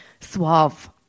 suave